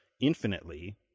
infinitely